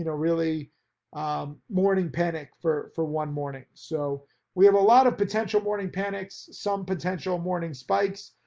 you know really um morning panic for for one morning. so we have a lot of potential morning panics, some potential morning spikes.